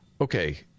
Okay